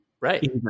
Right